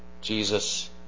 Jesus